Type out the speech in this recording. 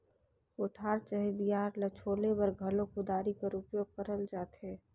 कोठार चहे बियारा ल छोले बर घलो कुदारी कर उपियोग करल जाथे